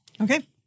Okay